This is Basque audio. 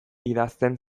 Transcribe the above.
idazten